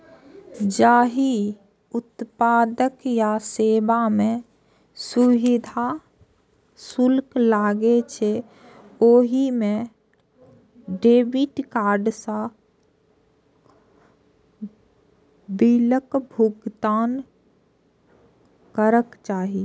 जाहि उत्पाद या सेवा मे सुविधा शुल्क लागै छै, ओइ मे डेबिट कार्ड सं बिलक भुगतान करक चाही